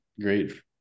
great